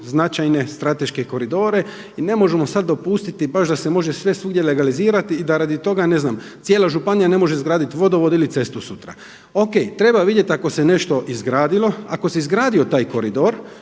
značajne strateške koridore i ne možemo sada dopustiti baš da se može sve svugdje legalizirati i da radi toga, ne znam cijela županija ne može izgraditi vodovod ili cestu sutra. O.k., treba vidjeti ako se nešto izgradilo, ako se izgradio taj koridor